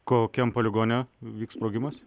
kokiam poligone vyks sprogimas